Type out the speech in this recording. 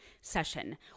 session